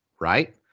right